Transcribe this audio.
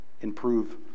improve